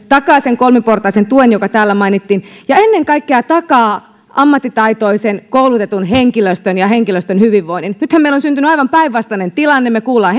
takaa sen kolmiportaisen tuen joka täällä mainittiin ja ennen kaikkea takaa ammattitaitoisen koulutetun henkilöstön ja henkilöstön hyvinvoinnin nythän meillä on syntynyt aivan päinvastainen tilanne me kuulemme